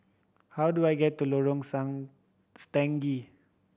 how do I get to Lorong Song Stangee